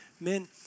Men